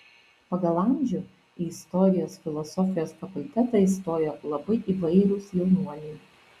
pagal amžių į istorijos filosofijos fakultetą įstojo labai įvairūs jaunuoliai